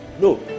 No